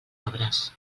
obres